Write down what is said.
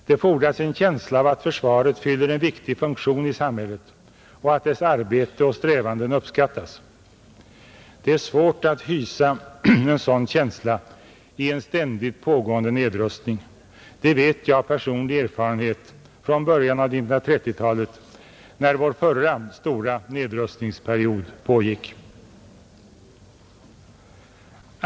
Det fordras en känsla av att försvaret fyller en viktig funktion i samhället och att dess arbete och strävanden uppskattas. Det är svårt att hysa en sådan känsla i en ständigt pågående nedrustning, det vet jag av personlig erfarenhet från början av 1930-talet, när vår förra stora nedrustningsperiod pågick.